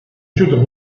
études